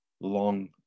long